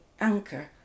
Anchor